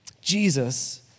Jesus